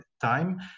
time